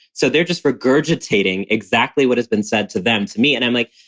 so they're just regurgitating exactly what has been said to them, to me. and i'm like,